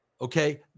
okay